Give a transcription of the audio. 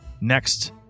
next